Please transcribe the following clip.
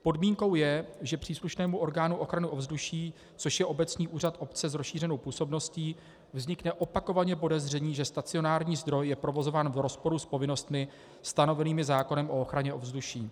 Podmínkou je, že příslušnému orgánu ochrany ovzduší, což je obecní úřad obce s rozšířenou působností, vznikne opakovaně podezření, že stacionární zdroj je provozován v rozporu s povinnostmi stanovenými zákonem o ochraně ovzduší.